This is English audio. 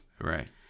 Right